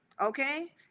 Okay